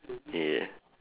yeah